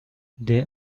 they